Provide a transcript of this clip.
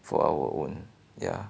for our own yeah